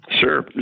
Sure